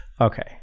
Okay